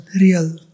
real